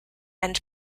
and